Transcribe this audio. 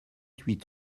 huit